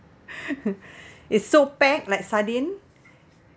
it's so packed like sardine